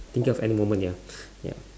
thinking of any moment ya ya